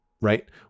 right